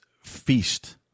feast